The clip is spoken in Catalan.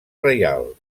reial